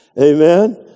Amen